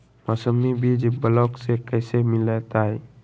मौसमी बीज ब्लॉक से कैसे मिलताई?